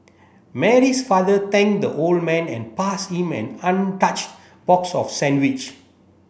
Mary's father thanked the old man and passed him an untouched box of sandwich